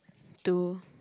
two